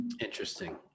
Interesting